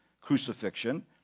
crucifixion